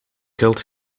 geld